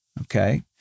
okay